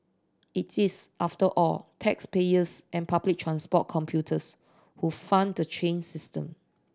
it is after all taxpayers and public transport computers who fund the train system